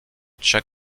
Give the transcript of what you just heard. chuck